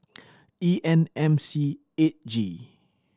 E N M C eight G